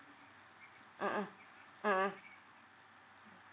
mmhmm mmhmm